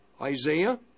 Isaiah